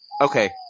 Okay